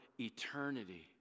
eternity